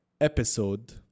Episode